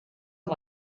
amb